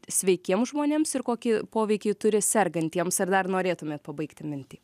sveikiem žmonėms ir kokį poveikį turi sergantiems ar dar norėtumėt pabaigti mintį